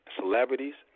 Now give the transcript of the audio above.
celebrities